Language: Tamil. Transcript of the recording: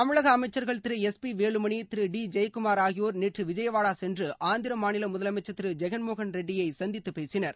தமிழக அமைச்சர்கள் Thiru S P Velumani Thiru D Jayakumar ஆகியோர் நேற்று விஜயவாடா சென்று ஆந்திர மாநில முதலமைச்சர் திரு ஜெகன்மோகன் ரெட்டியை சந்தித்து பேசினர்